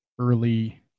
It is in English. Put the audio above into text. early